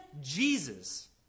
Jesus